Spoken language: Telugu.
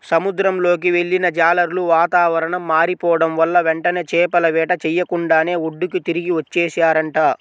సముద్రంలోకి వెళ్ళిన జాలర్లు వాతావరణం మారిపోడం వల్ల వెంటనే చేపల వేట చెయ్యకుండానే ఒడ్డుకి తిరిగి వచ్చేశారంట